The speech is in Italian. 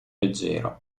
leggero